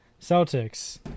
Celtics